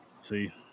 See